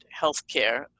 healthcare